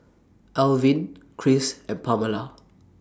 Elvin Chris and Pamella